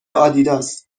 آدیداس